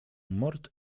mord